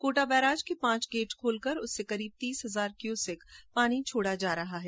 Kota barrage के पांच gate खोलकर करीब तीस हजार क्यूसेक पानी छोड़ा जा रहा है